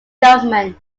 government